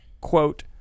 quote